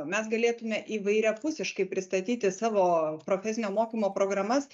mes galėtume įvairiapusiškai pristatyti savo profesinio mokymo programas